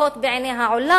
לפחות בעיני העולם.